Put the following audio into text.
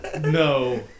no